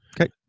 Okay